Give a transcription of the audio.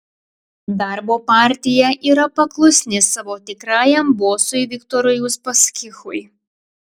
darbo partija yra paklusni savo tikrajam bosui viktorui uspaskichui